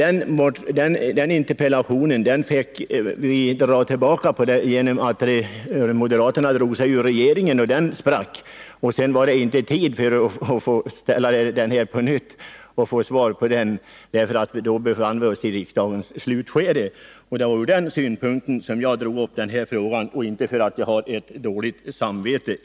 Den interpellationen fick jag dra tillbaka därför att moderaterna drog sig ur regeringen, som sprack, och sedan var det inte tid att ställa den på nytt och få svar på den, eftersom vi då befann oss i riksmötets slutskede. Det är därför som jag nu har tagit upp frågan igen.